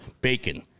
bacon